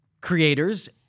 creators